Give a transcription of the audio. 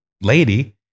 lady